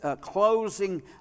closing